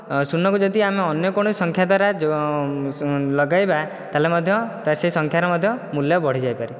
ଶୂନକୁ ଯଦି ଆମେ ଅନ୍ୟ କୌଣସି ସଂଖ୍ୟା ଦ୍ଵାରା ଲଗେଇବା ତାହେଲେ ମଧ୍ୟ ତ ସେହି ସଂଖ୍ୟାର ମଧ୍ୟ ମୂଲ୍ୟ ବଢ଼ି ଯାଇପାରେ